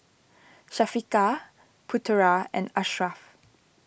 Syafiqah Putera and Ashraf